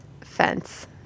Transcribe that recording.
fence